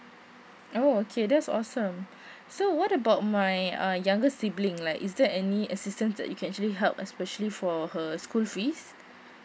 oh okay that's awesome so what about my uh younger sibling like is there any assistance that you can actually help especially for her school fees